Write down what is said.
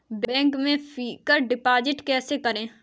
Bank में fix deposit कैसे करें?